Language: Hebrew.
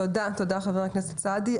תודה, חבר הכנסת סעדי.